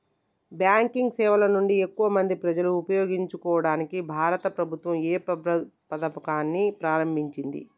Banking సేవల నుండి ఎక్కువ మంది ప్రజలను ఉపయోగించుకోవడానికి భారత ప్రభుత్వం ఏ పథకాన్ని ప్రారంభించింది?